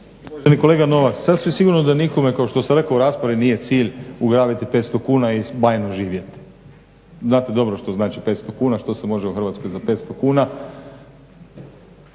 Uvaženi kolega Novak, sasvim sigurno da nikome kao što sam rekao u raspravi nije cilj ugrabiti 500 kuna i bajno živjeti. Znate dobro što znači 500 kuna, što se može u Hrvatskoj za 500 kuna?